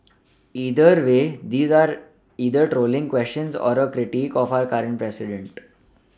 either way these are either trolling questions or a critique of our current president